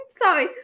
sorry